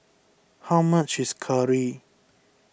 how much is Curry